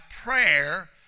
prayer